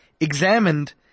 examined